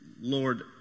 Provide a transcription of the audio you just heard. Lord